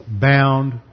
bound